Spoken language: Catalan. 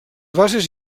bases